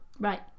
right